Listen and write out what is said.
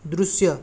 दृश्य